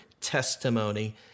testimony